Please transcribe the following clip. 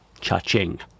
Cha-ching